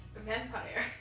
Vampire